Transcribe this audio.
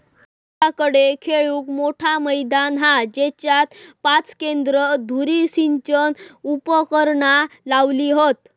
आमच्याकडे खेळूक मोठा मैदान हा जेच्यात पाच केंद्र धुरी सिंचन उपकरणा लावली हत